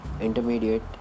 intermediate